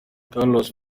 carlos